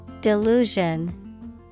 Delusion